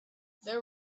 there